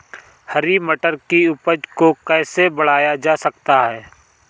हरी मटर की उपज को कैसे बढ़ाया जा सकता है?